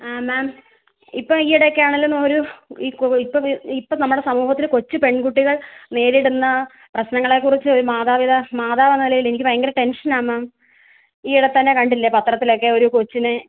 ആ മാം ഇപ്പോൾ ഈയിടെയൊക്കെയാണല്ലൊന്നൊര് ഈ കൊ ഇപ്പം ഇപ്പം നമ്മുടെ സമൂഹത്തിൽ കൊച്ചു പെൺകുട്ടികൾ നേരിടുന്ന പ്രശ്നങ്ങളേക്കുറിച്ച് ഒരു മാതാപിതാ മാതാവെന്ന നിലയിൽ എനിക്ക് ഭയങ്കര ടെൻഷനാണ് മാം ഈയിടെത്തന്നെ കണ്ടില്ലേ പത്രത്തിലൊക്കെ ഒരു കൊച്ചിനെ